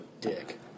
dick